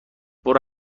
برو